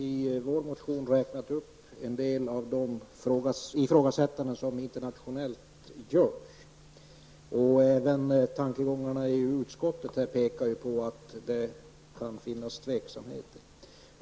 I vår motion har räknats upp en del av de ifrågasättanden som görs internationellt. Även tankegångarna i utskottet pekar på att det kan finnas tveksamheter.